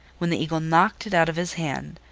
when the eagle knocked it out of his hand,